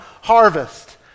harvest